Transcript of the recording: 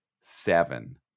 seven